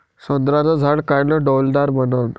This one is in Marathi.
संत्र्याचं झाड कायनं डौलदार बनन?